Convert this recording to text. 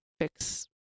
fix